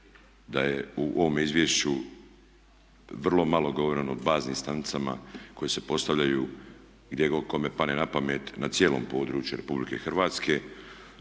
da je u ovom izvješću vrlo malo govoreno o baznim stanicama koje se postavljaju gdje god kome padne na pamet na cijelom području Republike Hrvatske,